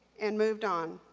and moved on.